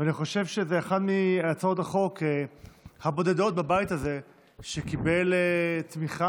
אני חושב שזו אחת מהצעות החוק הבודדות בבית הזה שקיבלה תמיכה,